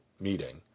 meeting